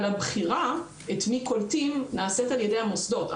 אבל הבחירה את מי קולטים נעשית על ידי המוסדות.